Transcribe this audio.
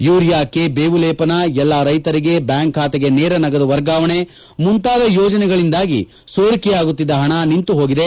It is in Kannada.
ಯೂರಿಯಾಕ್ಕೆ ಬೇವು ಲೇಪನ ಎಲ್ಲಾ ರೈತರಿಗೆ ಬ್ಯಾಂಕ್ ಖಾತೆಗೆ ನೇರ ನಗದು ವರ್ಗಾವಣೆ ಮುಂತಾದ ಯೋಜನೆಗಳಿಂದಾಗಿ ಸೋರಿಕೆಯಾಗುತ್ತಿದ್ದ ಹಣ ನಿಂತು ಹೋಗಿದೆ